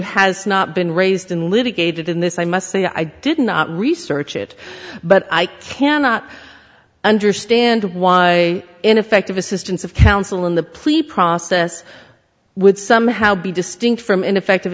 has not been raised in litigated in this i must say i did not research it but i cannot understand why ineffective assistance of counsel in the pleas process would somehow be distinct from ineffective